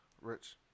Rich